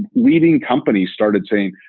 leading companies started saying,